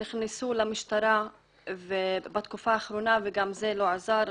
שנכנסו למשטרה בתקופה האחרונה אבל גם זה לא עזר.